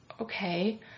okay